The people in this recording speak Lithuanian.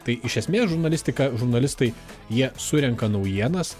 tai iš esmės žurnalistika žurnalistai jie surenka naujienas